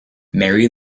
mary